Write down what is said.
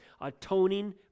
atoning